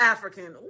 African